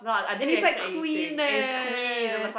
and it's like Queen eh